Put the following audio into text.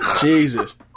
Jesus